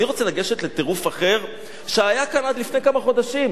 אני רוצה לגשת לטירוף אחר שהיה כאן עד לפני כמה חודשים: